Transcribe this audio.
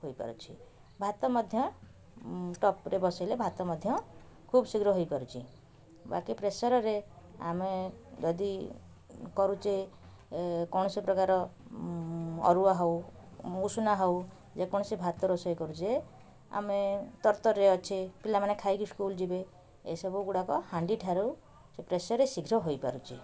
ହୋଇପାରୁଛି ଭାତ ମଧ୍ୟ ଟପରେ ବସେଇଲେ ଭାତ ମଧ୍ୟ ଶୀଘ୍ର ହେଇପାରୁଛି ବାକି ପ୍ରେସର୍ରେ ଆମେ ଯଦି କରୁଛେ ଏ କୌଣସିପ୍ରକାର ଅରୁଆ ହେଉ ଉଷୁନା ହେଉ ଯେକୌଣସି ଭାତ ରୋଷେଇ କରୁଛେ ଆମେ ତରତରରେ ଅଛେ ପିଲାମାନେ ଖାଇକି ସ୍କୁଲ୍ ଯିବେ ଏସବୁ ଗୁଡ଼ାକ ହାଣ୍ଡିଠାରୁ ସେ ପ୍ରେସର୍ରେ ଶୀଘ୍ର ହୋଇପାରୁଛି